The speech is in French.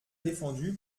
défendu